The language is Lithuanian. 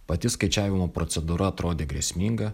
pati skaičiavimo procedūra atrodė grėsminga